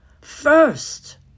First